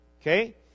Okay